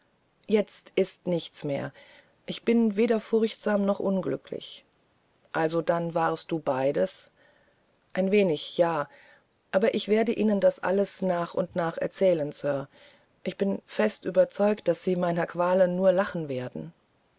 jetzt ist's nichts mehr ich bin weder furchtsam noch unglücklich also dann warst du beides ein wenig ja aber ich werde ihnen das alles nach und nach erzählen sir und ich bin fest überzeugt daß sie meiner qualen nur lachen werden